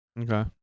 Okay